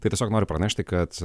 tai tiesiog noriu pranešti kad